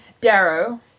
Darrow